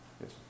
Yes